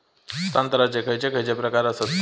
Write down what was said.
हस्तांतराचे खयचे खयचे प्रकार आसत?